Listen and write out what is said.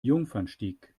jungfernstieg